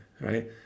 right